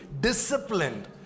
disciplined